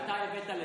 ואתה הבאת לזה.